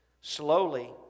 Slowly